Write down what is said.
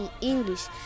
English